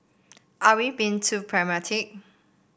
are we being too pragmatic